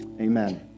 amen